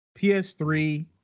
PS3